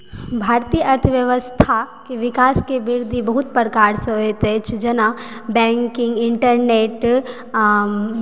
भारतीय अर्थव्यवस्थाके विकासके वृद्धि बहुत प्रकार से होइत अछि जेना बैंकिंग इन्टरनेट आ